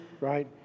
right